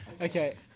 Okay